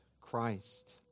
Christ